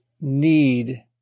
need